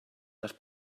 les